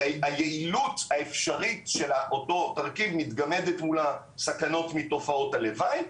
היעילות האפשרית של אותו תרכיב מתגמדת מול הסכנות מתופעות הלוואי.